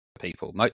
people